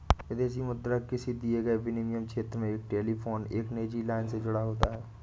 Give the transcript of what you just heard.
विदेशी मुद्रा किसी दिए गए विनिमय क्षेत्र में एक टेलीफोन एक निजी लाइन से जुड़ा होता है